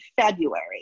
February